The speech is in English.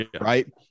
right